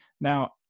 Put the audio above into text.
Now